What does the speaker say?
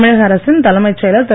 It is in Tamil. தமிழக அரசின் தலைமைச் செயலர் திரு